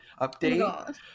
update